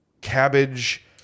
cabbage